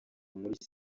muri